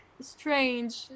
strange